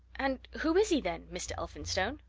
and who is he, then, mr. elphinstone?